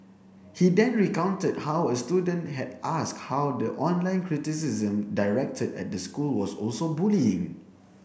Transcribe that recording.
he then recounted how a student had asked how the online criticism directed at the school was also bullying